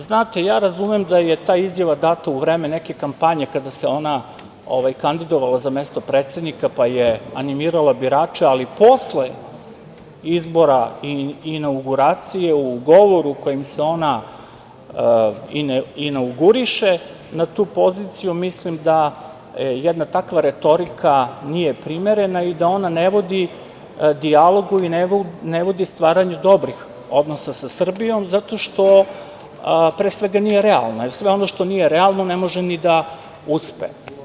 Znate, ja razumem da je ta izjava data u vreme neke kampanje kada se ona kandidovala za mesto predsednika, pa je animirala birače, ali posle izbora i inauguracije u govoru u kome se ona i inauguriše na tu poziciju, mislim da jedna ta6kva retorika nije primerena i da ona ne vodi dijalogu i ne vodi stvaranju dobrih odnosa sa Srbijom, zato što pre svega nije realno, jer sve ono što nije realno, ne može da uspe.